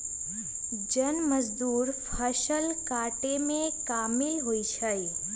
जन मजदुर फ़सल काटेमें कामिल होइ छइ